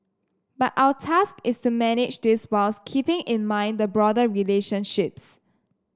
but our task is to manage this whilst keeping in mind the broader relationships